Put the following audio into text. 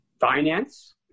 Finance